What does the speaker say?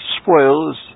spoils